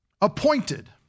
appointed